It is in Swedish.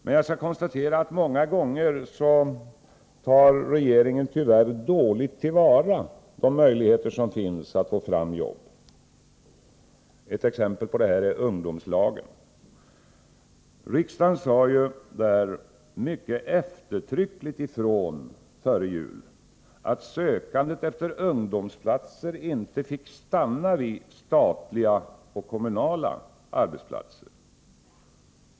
Men jag skall konstatera att regeringen många gånger tyvärr tar dåligt till vara de möjligheter som finns att få fram jobb. Ett exempel på detta är ungdomslagen. Riksdagen sade där mycket eftertryckligt ifrån före jul, att sökandet efter ungdomsplatser inte fick stanna vid statliga och kommunala arbetsplatser.